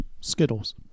Skittles